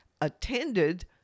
attended